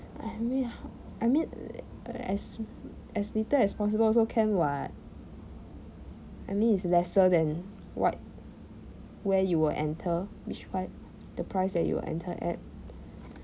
I mean I mean as as little as possible also can [what] I mean it's lesser than what where you were enter which what the price that you enter at